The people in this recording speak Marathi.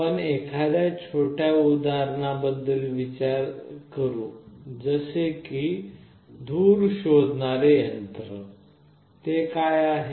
आपण एखाद्या छोट्या उदाहरणाबद्दल विचार करु जसे की धूर शोधणारे यंत्र ते काय आहे